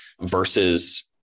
versus